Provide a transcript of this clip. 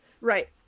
right